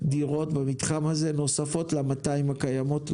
בגילה דירות במתחם הזה נוסף ל-200 הדירות הקיימות.